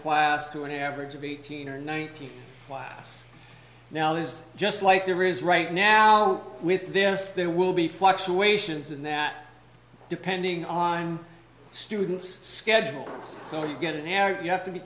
class to an average of eighteen or nineteen why now there's just like there is right now with this there will be fluctuations in that depending on students schedules so you get an error you have to be